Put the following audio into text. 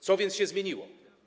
Co więc się zmieniło?